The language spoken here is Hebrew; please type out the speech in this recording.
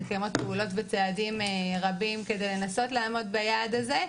מתקיימות פעולות וצעדים רבים כדי לנסות לעמוד ביעד הזה,